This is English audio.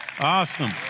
Awesome